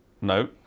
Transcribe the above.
no